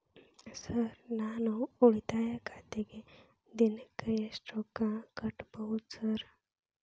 Sir ನಾನು ಉಳಿತಾಯ ಖಾತೆಗೆ ದಿನಕ್ಕ ಎಷ್ಟು ರೊಕ್ಕಾ ಕಟ್ಟುಬಹುದು ಸರ್?